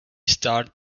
start